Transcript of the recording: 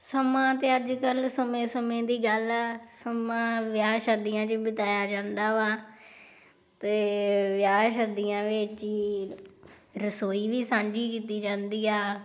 ਸਮਾਂ ਤਾਂ ਅੱਜ ਕੱਲ੍ਹ ਸਮੇਂ ਸਮੇਂ ਦੀ ਗੱਲ ਹੈ ਸਮਾਂ ਵਿਆਹ ਸ਼ਾਦੀਆਂ 'ਚ ਬਿਤਾਇਆ ਜਾਂਦਾ ਵਾ ਅਤੇ ਵਿਆਹ ਸ਼ਾਦੀਆਂ ਵਿੱਚ ਹੀ ਰਸੋਈ ਵੀ ਸਾਂਝੀ ਕੀਤੀ ਜਾਂਦੀ ਆ